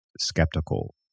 skeptical